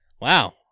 wow